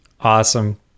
Awesome